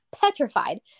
petrified